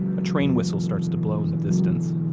a train whistle starts to blow in the distance.